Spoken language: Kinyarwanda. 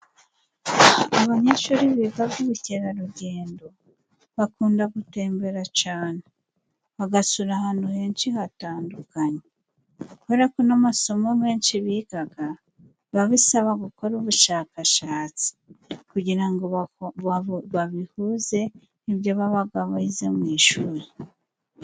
Abanyeshuri biga by'ubukerarugendo bakunda gutembera cane, bagasura ahantu henshi hatandukanye. Kubera ko n'amasomo menshi bigaga, biba bisaba gukora ubushakashatsi kugira ngo babihuze n'ibyo babaga bize mu ishuri.